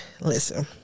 Listen